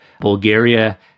Bulgaria